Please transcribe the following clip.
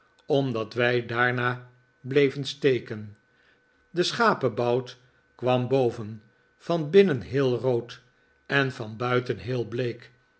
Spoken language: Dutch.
omdat wij daarna bleven steken de schapebout kwam boven van binnen heel rood en van buiten heel bleek